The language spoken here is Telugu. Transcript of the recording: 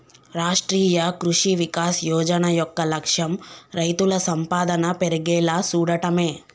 రాష్ట్రీయ కృషి వికాస్ యోజన యొక్క లక్ష్యం రైతుల సంపాదన పెర్గేలా సూడటమే